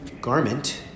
garment